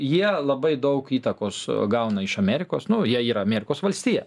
jie labai daug įtakos gauna iš amerikos nu jie yra amerikos valstija